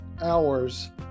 hours